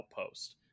outpost